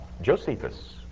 Josephus